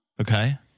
Okay